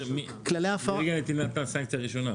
--- סנקציה ראשונה.